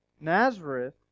Nazareth